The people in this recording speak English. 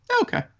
Okay